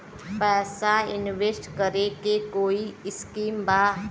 पैसा इंवेस्ट करे के कोई स्कीम बा?